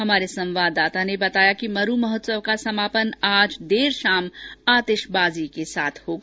हमारे संवाददाता ने बताया कि मरू महोत्सव का समापन आज देर शाम आतिशबाजी के साथ होगा